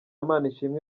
manishimwe